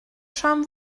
rhan